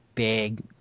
big